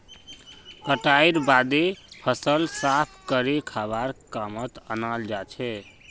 कटाईर बादे फसल साफ करे खाबार कामत अनाल जाछेक